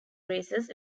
races